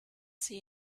see